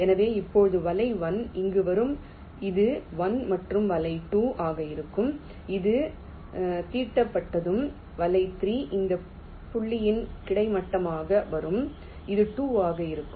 எனவே இப்போது வலை 1 இங்கு வரும் இது 1 மற்றும் வலை 2 ஆக இருக்கும் இது தீட்டப்பட்டதும் வலை 2 இந்த புள்ளியில் கிடைமட்டமாக வரும் இது 2 ஆக இருக்கும்